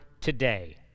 today